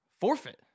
Forfeit